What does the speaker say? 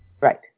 right